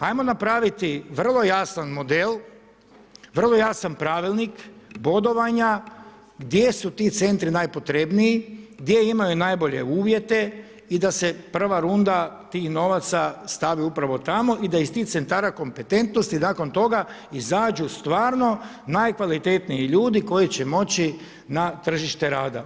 Ajmo napraviti jasan model, vrlo jasan pravilnik, bodovanja, gdje su ti centri najpotrebniji, gdje imaju najbolje uvjete i da se prva runda tih novaca stavi upravo tamo i da iz tih centara kompetentnosti, nakon toga, izađu stvarno najkvalitetniji ljudi koji će moći na tržište rada.